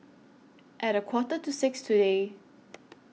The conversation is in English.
At A Quarter to six today